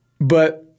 But-